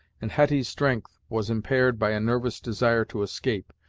and hetty's strength was impaired by a nervous desire to escape,